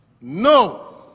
No